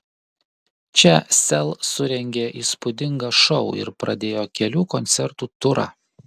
čia sel surengė įspūdingą šou ir pradėjo kelių koncertų turą